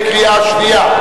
בקריאה שנייה.